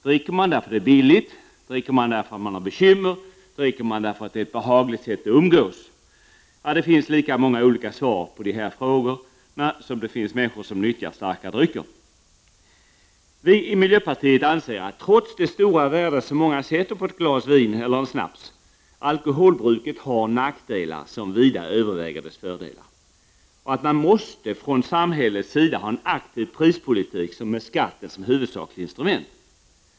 Dricker man därför att det är billigt, dricker man därför att man har bekymmer, eller dricker man därför att det är ett behagligt sätt att umgås? Det finns lika många olika svar på dessa frågor som det finns människor som nyttjar starka drycker. Vi i miljöpartiet anser att, trots det stora värde som många sätter på ett glas vin eller en snaps, alkoholbruket har nackdelar som vida överväger dess fördelar och att man måste från samhällets sida ha en aktiv prispolitik med skatten som huvudsakligt instrument.